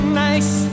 nice